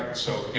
so